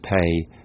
pay